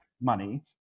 money